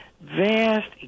vast